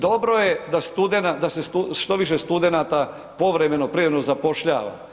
Dobro je da se što više studenata povremeno privremeno zapošljava.